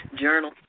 journal